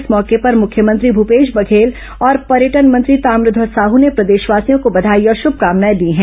इस मौके पर मुख्यमंत्री भूपेश बघेल और पर्यटन मंत्री ताम्रध्वज साहू ने प्रदेशवासियों को बधाई और शुभकामनाएं दी हैं